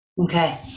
Okay